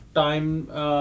time